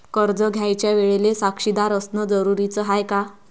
कर्ज घ्यायच्या वेळेले साक्षीदार असनं जरुरीच हाय का?